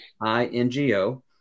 I-N-G-O